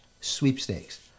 sweepstakes